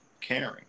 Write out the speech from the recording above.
caring